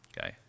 Okay